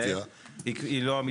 היא לא אמיתית.